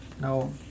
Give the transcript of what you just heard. No